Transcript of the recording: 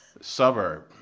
suburb